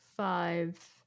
five